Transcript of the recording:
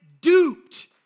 duped